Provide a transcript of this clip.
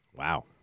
Wow